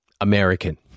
American